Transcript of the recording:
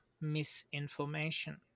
misinformation